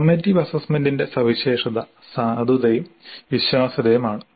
summative അസ്സസ്സ്മെന്റിന്റെ സവിശേഷത സാധുതയും വിശ്വാസ്യതയും ആണ്